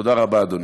תודה רבה, אדוני.